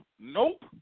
nope